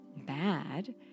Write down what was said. bad